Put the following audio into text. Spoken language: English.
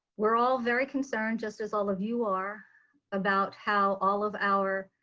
we are all very concerned just as all of you are about how all of our